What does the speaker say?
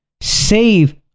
save